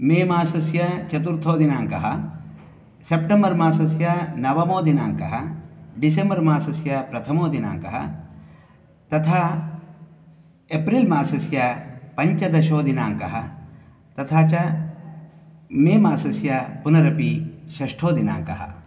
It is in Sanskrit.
मे मासस्य चतुर्थदिनाङ्कः सेप्टेम्बर् मासस्य नवमदिनाङ्कः डिसेम्बर् मासस्य प्रथमदिनाङ्कः तथा एप्रिल् मासस्य पञ्चदशदिनाङ्कः तथा च मे मासस्य पुनरपि षष्ठदिनाङ्कः